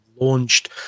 launched